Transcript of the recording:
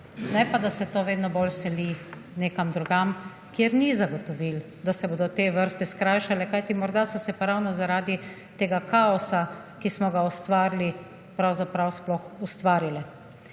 ne pa, da se to vedno bolj seli nekam drugam kjer ni zagotovil, da se bodo te vrste skrajšale, kajti morda so se pa ravno zaradi tega kaosa, ki smo ga ustvarili, pravzaprav sploh ustvarile.